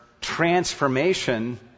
transformation